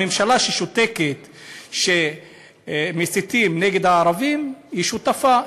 הממשלה, ששותקת כשמסיתים נגד הערבים, היא שותפה.